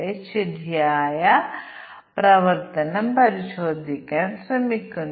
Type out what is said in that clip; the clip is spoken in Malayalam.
അതിനാൽ സാധ്യമായ എല്ലാ കോമ്പിനേഷനുകളും 2 മുതൽ പവർ 50 വരെയാകാൻ ഞങ്ങൾ ശ്രമിക്കുന്നു